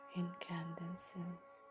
incandescence